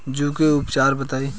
जूं के उपचार बताई?